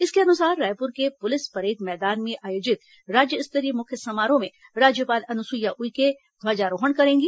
इसके अनुसार रायपुर के पुलिस परेड मैदान में आयोजित राज्य स्तरीय मुख्य समारोह में राज्यपाल अनुसुईया उइके ध्वजारोहण करेंगी